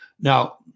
now